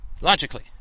Logically